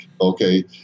okay